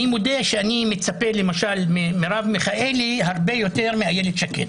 אני מודה שאני מצפה למשל ממרב מיכאלי הרבה יותר מאיילת שקד.